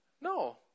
No